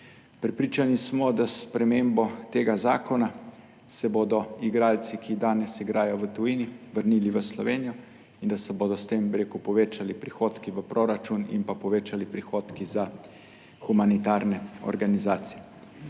Prepričani smo, da s spremembo tega zakona se bodo igralci, ki danes igrajo v tujini, vrnili v Slovenijo in da se bodo s tem povečali prihodki v proračun ter povečali prihodki za humanitarne organizacije.